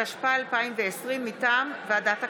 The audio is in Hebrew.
התשפ"א 2020, מטעם ועדת הכנסת.